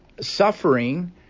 suffering